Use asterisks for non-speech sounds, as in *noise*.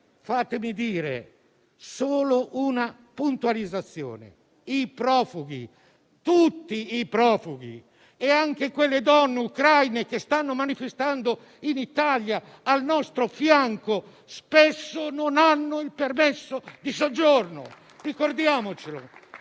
lasciatemi fare solo una puntualizzazione: tutti i profughi, anche le donne ucraine che stanno manifestando in Italia al nostro fianco, spesso non hanno il permesso di soggiorno. *applause*